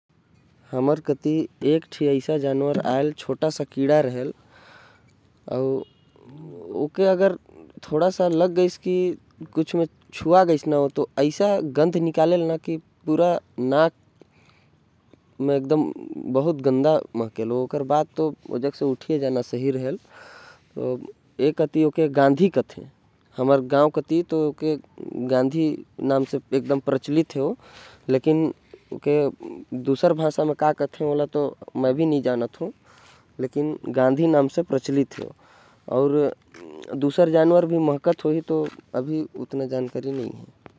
एक कीड़ा होथे जे हर की बहुते गंदा महकथे। अगर ओ हर हमर उपर बैठ गईस तो बहुते महकथे। एके हमर गॉव कति गांधी कहथे अउ। मोके कोई जानवर के तो नही पता हवे।